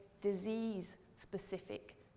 disease-specific